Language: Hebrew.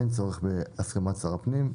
אין צורך בהסכמת שר הפנים.